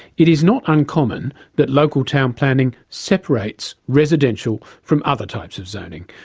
it is not uncommon that local town planning separates residential from other types of zoning,